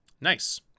Nice